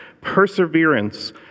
perseverance